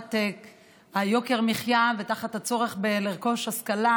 תחת יוקר המחיה ותחת הצורך לרכוש השכלה,